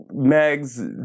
Meg's